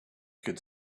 could